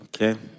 Okay